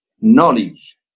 knowledge